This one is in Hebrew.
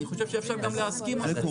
אני חושב שאפשר גם להסכים לזה.